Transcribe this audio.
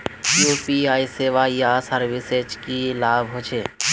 UPI सेवाएँ या services से की लाभ होचे?